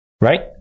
right